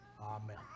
Amen